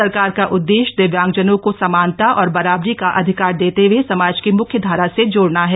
सरकार का उददेश्य दिव्यांगजनों को समानता और बराबरी का अधिकार देते हए समाज की मुख्य धारा से जोड़ना है